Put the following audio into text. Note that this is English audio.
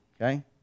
okay